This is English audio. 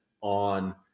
on